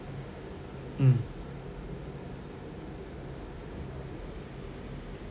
mm